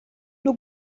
nur